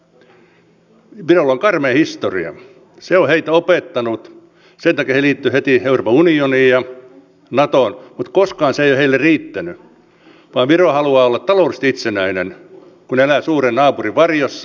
sen takia he liittyivät heti euroopan unioniin ja natoon mutta koskaan se ei ole heille riittänyt vaan viro haluaa olla taloudellisesti itsenäinen kun elää suuren naapurin varjossa